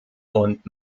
und